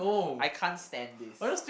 I can't stand this